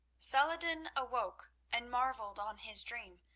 salah-ed-din awoke, and marvelled on his dream,